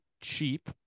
cheap